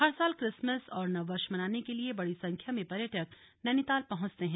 हर साल क्रिसमस और नववर्ष मनाने के लिए बड़ी संख्या में पर्यटक नैनीताल पहुंचते हैं